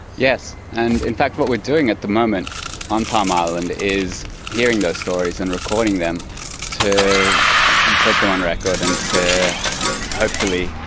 yes, and in fact what we're doing at the moment on palm island is hearing those stories and recording them to put them on record and to hopefully